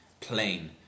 plain